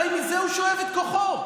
הרי מזה הוא שואב את כוחו.